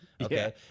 Okay